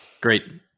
Great